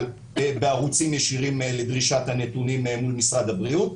בערוצים ישירים לדרישת הנתונים מול משרד הבריאות.